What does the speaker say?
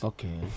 Okay